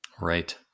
right